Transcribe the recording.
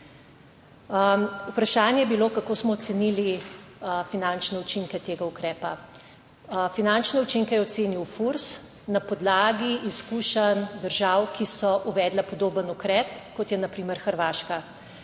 Vprašanje je bilo kako smo ocenili finančne učinke tega ukrepa. Finančne učinke je ocenil FURS na podlagi izkušenj držav, ki so uvedle podoben ukrep kot je na primer Hrvaška